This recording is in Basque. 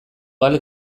gal